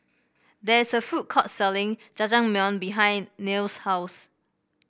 there is a food court selling Jajangmyeon behind Niles' house